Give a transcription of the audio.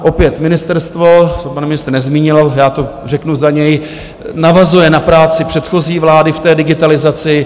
Opět, ministerstvo co pan ministr nezmínil, já to řeknu za něj navazuje na práci předchozí vlády v té digitalizaci.